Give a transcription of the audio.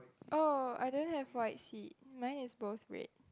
oh I don't have white seat mine is both red